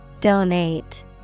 Donate